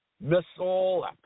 missile